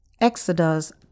Exodus